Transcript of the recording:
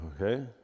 Okay